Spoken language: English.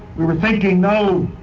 we're we're thinking no,